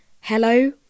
Hello